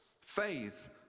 faith